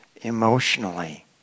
emotionally